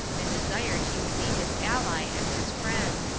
and desired he would be his ally and his friend.